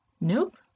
Nope